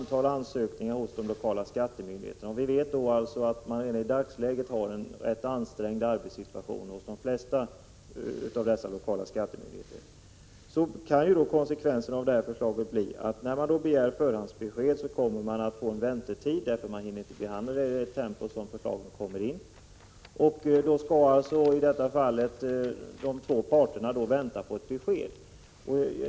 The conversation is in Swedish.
De lokala skattemyndigheterna, som har en ansträngd arbetssituation, kommer att få ett antal ansökningar om förhandsbesked från de berörda. Det kommer i sin tur att betyda att de sökande får vänta på besked, därför att de lokala skattemyndigheterna inte hinner behandla ärendena i den takt som de strömmar in.